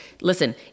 Listen